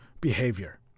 behavior